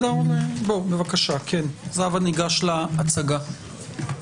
בבקשה, הבה ניגש להצגה.